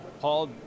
Paul